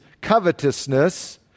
covetousness